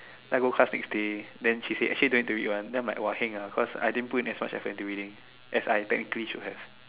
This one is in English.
then I go class next day then she say actually don't need to read [one] then I am like !wah! heng ah cause I didn't put in effort by reading as I technically should have